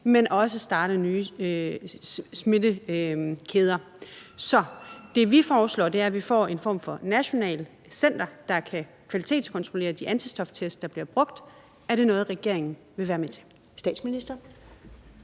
man kan starte nye smittekæder. Så det, vi foreslår, er, at vi får en form for nationalt center, der kan kvalitetskontrollere de antistoftest, der bliver brugt. Er det noget, regeringen vil være med til?